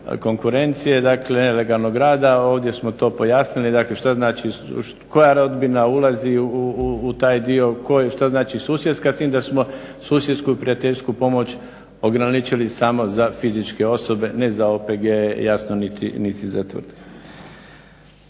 konkurencije, dakle nelegalnog rada, a ovdje smo to pojasnili. Dakle što znači, koja rodbina ulazi u taj dio, šta znači susjedska s tim da smo susjedsku i prijateljsku pomoć ograničili samo za fizičke osobe, ne za OPG, jasno niti za tvrtke.